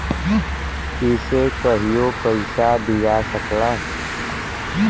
इसे कहियों पइसा दिया सकला